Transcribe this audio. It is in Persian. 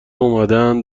اومدن